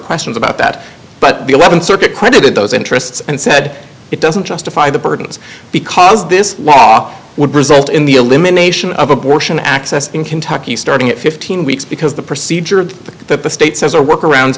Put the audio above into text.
questions about that but the th circuit credited those interests and said it doesn't justify the burdens the because this law would result in the elimination of abortion access in kentucky starting at fifteen weeks because the procedure of the state says her work around